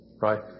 right